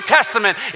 Testament